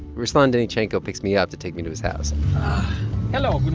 ruslan denychenko picks me up to take me to his house hello.